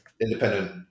independent